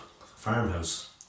farmhouse